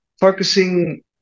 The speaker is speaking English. focusing